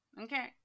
okay